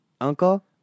uncle